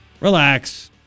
Relax